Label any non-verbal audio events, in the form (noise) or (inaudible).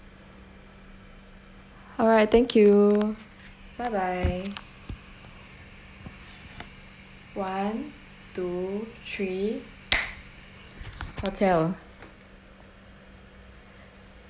alright thank you bye bye one two three (noise) hotel